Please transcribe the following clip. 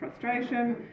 frustration